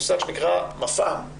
מוסד שנקרא מפע"ם.